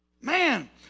Man